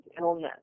illness